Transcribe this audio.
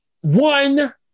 One